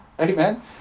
Amen